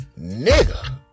Nigga